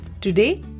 today